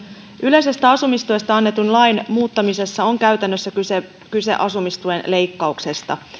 yleisestä asumistuesta annetun lain muuttamisessa on käytännössä kyse kyse asumistuen leikkauksesta